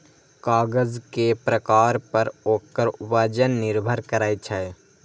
कागज के प्रकार पर ओकर वजन निर्भर करै छै